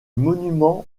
monument